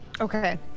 okay